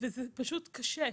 וזה קשה.